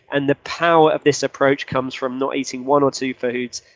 and the power of this approach comes from not eating one or two foods.